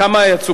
כמה יצאו?